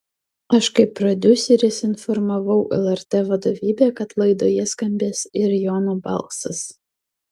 aš kaip prodiuseris informavau lrt vadovybę kad laidoje skambės ir jono balsas